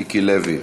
מיקי לוי,